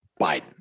Biden